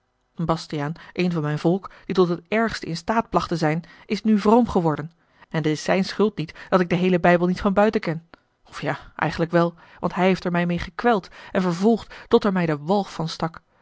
bastiaan een van mijn volk die tot het ergste in staat placht te zijn is nu vroom geworden en het is zijne schuld niet dat ik den heelen bijbel niet van buiten ken of ja eigenlijk wel a l g bosboom-toussaint de delftsche wonderdokter eel want hij heeft er mij meê gekweld en vervolgd tot er mij de walg van stak